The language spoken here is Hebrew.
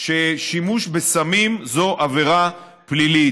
ששימוש בסמים זו עבירה פלילית.